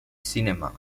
cinema